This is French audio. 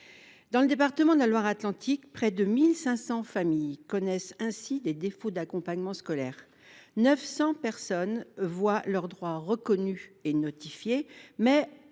Dans le département de Loire Atlantique, près de 1 500 familles subissent ainsi des défauts d’accompagnement scolaire ; quelque 900 personnes voient leurs droits reconnus et notifiés, mais